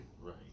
Right